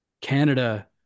canada